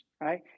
right